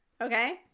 Okay